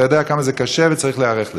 אתה יודע כמה זה קשה וצריך להיערך לזה.